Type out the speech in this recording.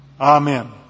Amen